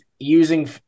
using